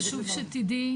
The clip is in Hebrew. חשוב שתדעי,